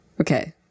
Okay